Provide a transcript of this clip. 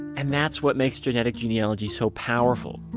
and that's what makes genetic genealogy so powerful.